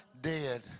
dead